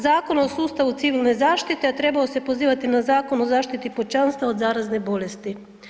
Zakona o sustavu civilne zaštite, a trebao se pozivati na Zakon o zašiti pučanstva od zarazne bolesti.